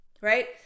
right